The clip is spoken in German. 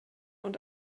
und